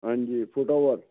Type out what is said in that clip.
ਹਾਂਜੀ ਫੁਟਵਰ